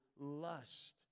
lust